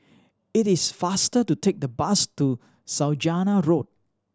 it is faster to take the bus to Saujana Road